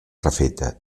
refeta